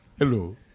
hello